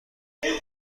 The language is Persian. برای